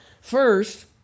First